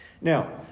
Now